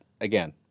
again